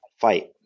fight